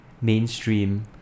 mainstream